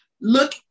look